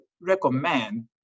recommend